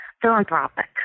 philanthropic